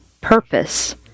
purpose